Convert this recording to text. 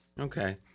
Okay